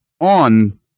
on